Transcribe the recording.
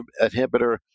inhibitor